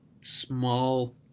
small